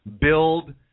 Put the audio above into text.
build